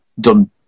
done